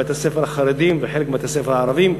בבתי-הספר החרדיים וחלק מבתי-הספר הערביים,